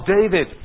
David